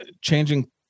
changing